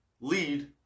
lead